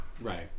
Right